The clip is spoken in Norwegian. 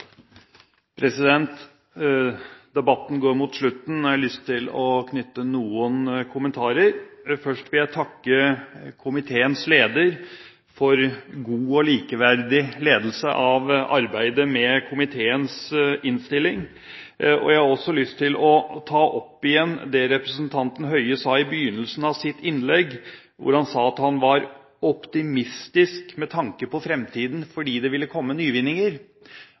Debatten går mot slutten. Jeg har lyst til å komme med noen kommentarer. Først vil jeg takke komiteens leder for god og likeverdig ledelse av arbeidet med komiteens innstilling. Jeg har også lyst til å ta opp igjen det representanten Høie sa i begynnelsen av sitt innlegg, hvor han sa at han var optimistisk med tanke på fremtiden fordi det ville komme nyvinninger.